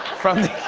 from the